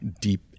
deep